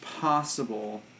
possible